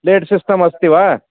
लेट् system अस्ति वा